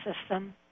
system